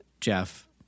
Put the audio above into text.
Jeff